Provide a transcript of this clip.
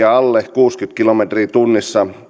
alle kuusikymmentä kilometriä tunnissa